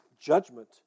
judgment